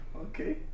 Okay